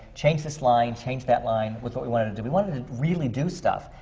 change this line, change that line with what we wanted to do. we wanted to really do stuff.